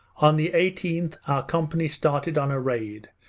on the eighteenth our company started on a raid,